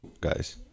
guys